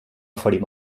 oferir